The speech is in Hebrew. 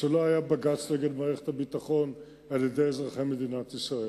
אם לא היה בג"ץ נגד מערכת הביטחון על-ידי אזרחי מדינת ישראל,